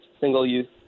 single-use